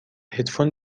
هدفون